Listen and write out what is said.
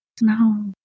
No